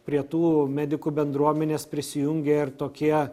prie tų medikų bendruomenės prisijungė ir tokie